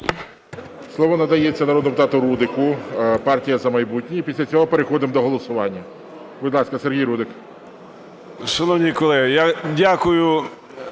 Слово надається народному депутату Рудику, "Партія "За майбутнє". І після цього переходимо до голосування. Будь ласка, Сергій Рудик.